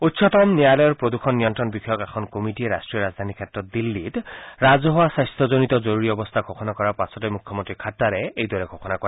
উচ্চতম ন্যায়ালয়ৰ প্ৰদূষণ নিয়ন্ত্ৰণ বিষয়ক এখন কমিটীয়ে ৰাষ্টীয় ৰাজধানী ক্ষেত্ৰ দিল্লীত ৰাজহুৱা স্বাস্থাজনিত জৰুৰী অৱস্থা ঘোষণা কৰাৰ পাছতে মখ্যমন্ত্ৰী খাট্টাৰে এইদৰে ঘোষণা কৰে